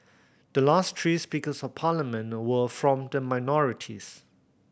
the last three Speakers of Parliament were from the minorities